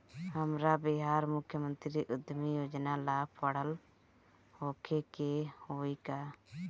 हमरा बिहार मुख्यमंत्री उद्यमी योजना ला पढ़ल होखे के होई का?